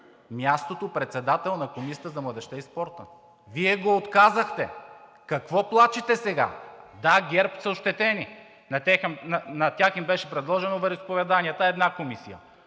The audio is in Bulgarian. мястото председател на Комисията за младежта и спорта. Вие го отказахте. Какво плачете сега?! Да, ГЕРБ са ощетени, на тях им беше предложена Вероизповеданията – една комисия.